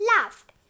laughed